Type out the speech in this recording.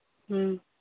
ᱦᱮᱸ